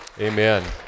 Amen